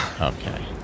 Okay